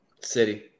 City